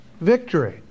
victory